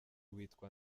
witwa